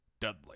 Dudley